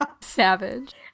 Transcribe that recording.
Savage